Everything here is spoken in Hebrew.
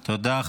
תודה.